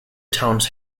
towns